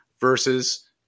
versus